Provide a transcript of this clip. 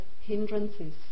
hindrances